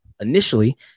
initially